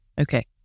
okay